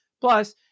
Plus